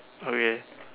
okay